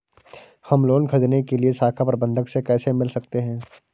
हम लोन ख़रीदने के लिए शाखा प्रबंधक से कैसे मिल सकते हैं?